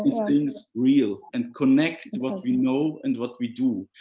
things real and connect what we know and what we do.